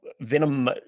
Venom